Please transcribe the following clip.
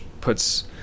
puts